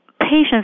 patients